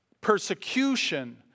persecution